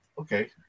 okay